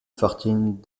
fortune